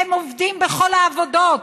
הם עובדים בכל העבודות,